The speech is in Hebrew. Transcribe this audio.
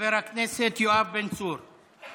חבר הכנסת יואב בן צור.